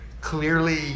clearly